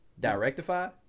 Directify